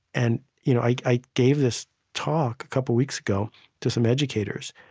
and you know i i gave this talk a couple weeks ago to some educators,